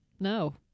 No